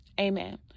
amen